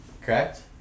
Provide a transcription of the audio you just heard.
Correct